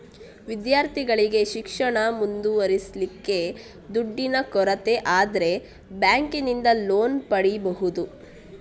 ವಿದ್ಯಾರ್ಥಿಗಳಿಗೆ ಶಿಕ್ಷಣ ಮುಂದುವರಿಸ್ಲಿಕ್ಕೆ ದುಡ್ಡಿನ ಕೊರತೆ ಆದ್ರೆ ಬ್ಯಾಂಕಿನಿಂದ ಲೋನ್ ಪಡೀಬಹುದು